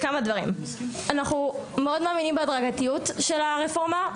כמה דברים: אנחנו מאמינים מאוד בהדרגתיות של הרפורמה.